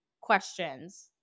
questions